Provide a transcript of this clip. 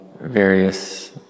various